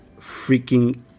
Freaking